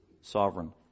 sovereign